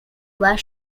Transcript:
were